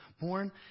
born